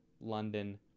london